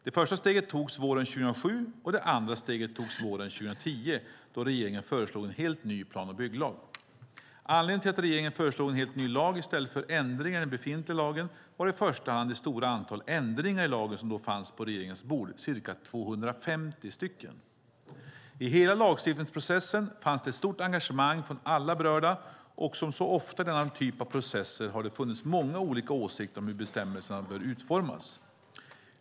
Det första steget togs våren 2007, och det andra steget togs våren 2010 då regeringen föreslog en helt ny plan och bygglag. Anledningen till att regeringen föreslog en helt ny lag i stället för ändringar i den befintliga lagen var i första hand det stora antal ändringar i lagen som då fanns på regeringens bord, ca 250 stycken. I hela lagstiftningsprocessen fanns det ett stort engagemang från alla berörda, och som så ofta i denna typ av processer har det funnits många olika åsikter om hur bestämmelserna bör utformas.